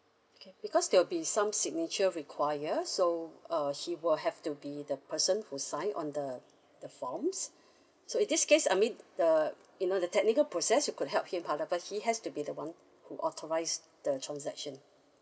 okay because there will be some signature require so uh he will have to be the person who sign on the the forms so in this case I mean uh you know the technical process you could help him however he has to be the [one] who authorise the transaction